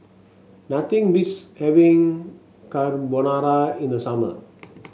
nothing beats having Carbonara in the summer